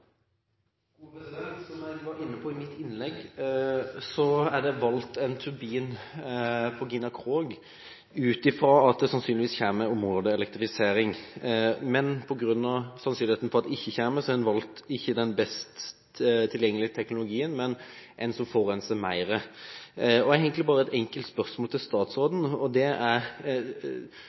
Som jeg var inne på i mitt innlegg, er det valgt en turbin på Gina Krog-feltet ut fra at det sannsynligvis kommer områdeelektrifisering. Men på grunn av sannsynligheten for at det ikke kommer, har man ikke valgt den best tilgjengelige teknologien, men en som forurenser mer. Jeg har egentlig bare et enkelt spørsmål til statsråden: Hvor langt går man inn i tekniske spørsmål til Statoil når det